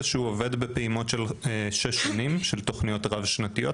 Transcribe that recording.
המועצה להשכלה גבוהה עובדת בפעימות של שש שנים של תוכניות רב שנתיות,